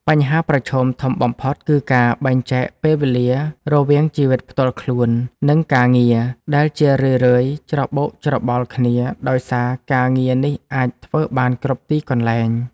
បញ្ហាប្រឈមធំបំផុតគឺការបែងចែកពេលវេលារវាងជីវិតផ្ទាល់ខ្លួន និងការងារ ដែលជារឿយៗច្របូកច្របល់គ្នាដោយសារការងារនេះអាចធ្វើបានគ្រប់ទីកន្លែង។